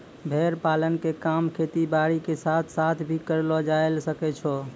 भेड़ पालन के काम खेती बारी के साथ साथ भी करलो जायल सकै छो